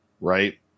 right